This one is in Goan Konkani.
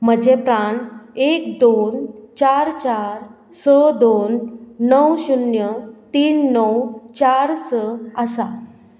म्हजें प्रान एक दोन चार चार स दोन णव शुन्य तीन णव चार स आसा